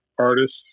artists